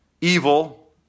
evil